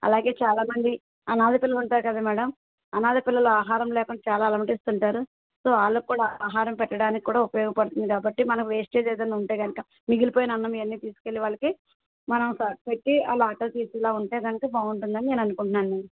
అలాగే చాలా మంది అనాథ పిల్లలు ఉంటారు కదా మ్యాడమ్ అనాథ పిల్లలు ఆహారం లేకుండా చాలా అలమటిస్తుంటారు సో వాళ్ళకు కూడా ఆహారం పెట్టడానికి కూడా ఉపయోగపడుతుంది కాబట్టి మనం వేస్టేజ్ ఏదన్న ఉంటే కనుక మిగిలిపోయున అన్నం ఇవి అన్నీ తీసుకు వెళ్ళి వాళ్ళకి మనం పెట్టి వాళ్ళ ఆకలి తీర్చేలాగా ఉంటే కనుక చాలా బాగుంటుంది అని నేను అనుకుంటున్నాను మ్యాడమ్